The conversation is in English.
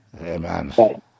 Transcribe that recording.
Amen